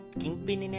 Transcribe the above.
kingpin